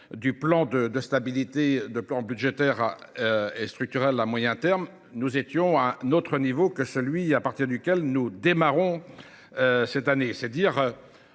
du plan de stabilité de plan budgétaire et structurel à moyen terme, nous étions à un autre niveau que celui à partir duquel nous démarrons cette année.